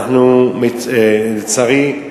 לצערי,